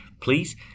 Please